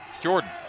Jordan